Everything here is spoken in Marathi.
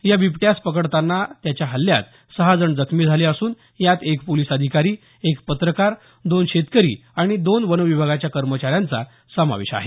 या बिबट्यास पकडताना त्याच्या हल्ल्यात सहा जण जखमी झाले असून यांत एक पोलिस अधिकारी एक पत्रकार दोन शेतकरी आणि दोन वन विभागाच्या कर्मचाऱ्यांचा समावेश आहे